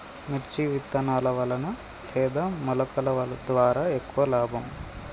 మిర్చి విత్తనాల వలన లేదా మొలకల ద్వారా ఎక్కువ లాభం?